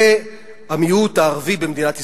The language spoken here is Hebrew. זה המיעוט הערבי במדינת ישראל.